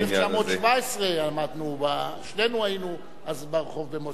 אנחנו ב-1917 עמדנו שנינו היינו אז ברחוב במוסקבה.